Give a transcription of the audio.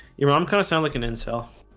your mom kind of sound like an in self